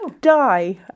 die